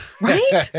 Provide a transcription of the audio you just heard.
Right